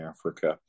Africa